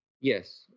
Yes